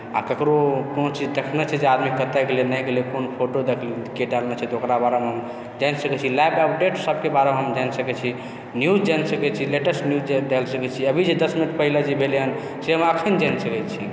आ ककरो कोनो चीज देखने छै जे आदमी कतेक गेलै नहि गेलै कोन फोटोके डालने छै तऽ ओकरा बारेमे जानि सकैत छी लाइव अपडेट सभके बारेमे जानि सकैत छी न्यूज जानि सकैत छी लेटेस्ट न्यूज जे जानि सकैत छी अभी जे दस मिनट पहिने जे भेलै हेँ से हम एखन जानि सकैत छी